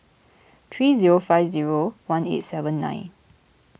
three zero five zero one eight seven nine